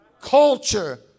Culture